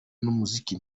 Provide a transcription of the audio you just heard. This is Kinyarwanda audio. n’umuziki